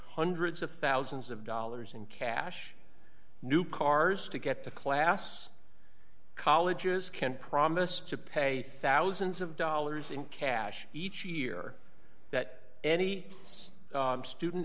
hundreds of thousands of dollars in cash new cars to get to class colleges can't promise to pay thousands of dollars in cash each year that any student